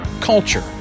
culture